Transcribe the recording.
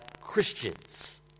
Christians